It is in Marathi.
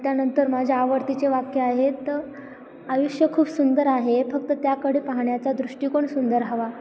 त्यानंतर माझ्या आवडीचे वाक्य आहेत आयुष्य खूप सुंदर आहे फक्त त्याकडे पाहण्याचा दृष्टीकोण सुंदर हवा